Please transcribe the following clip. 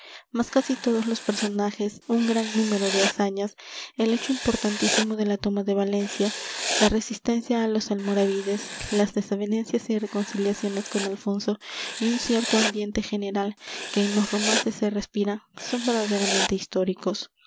mas casi todos los personajes un gran número de hazañas el hecho importantísimo de la toma de valencia la resistencia á los almoravides las desavenencias y reconciliaciones con alfonso y un cierto ambiente general que en los romances se respira son verdaderamente históricos